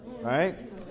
Right